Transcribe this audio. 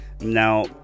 Now